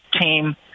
team